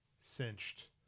cinched